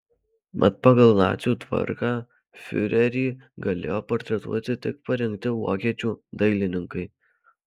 mat pagal nacių tvarką fiurerį galėjo portretuoti tik parinkti vokiečių dailininkai